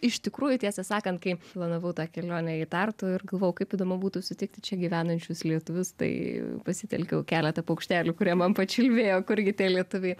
iš tikrųjų tiesą sakant kai planavau tą kelionę į tartu ir galvojau kaip įdomu būtų sutikti čia gyvenančius lietuvius tai pasitelkiau keletą paukštelių kurie man pačiulbėjo kurgi tie lietuviai